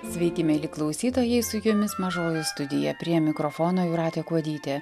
sveiki mieli klausytojai su jumis mažoji studija prie mikrofono jūratė kuodytė